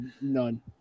none